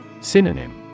Synonym